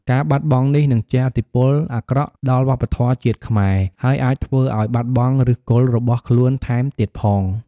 ការបាត់បង់នេះនឹងជះឥទ្ធិពលអាក្រក់ដល់វប្បធម៌ជាតិខ្មែរ ហើយអាចធ្វើឲ្យបាត់បង់ឫសគល់របស់ខ្លួនថែមទៀតផង។